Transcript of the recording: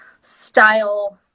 style